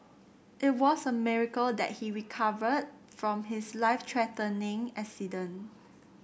it was a miracle that he recovered from his life threatening accident